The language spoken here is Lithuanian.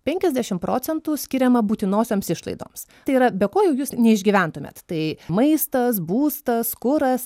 penkiasdešim procentų skiriama būtinosioms išlaidoms tai yra be ko jau jūs neišgyventumėt tai maistas būstas kuras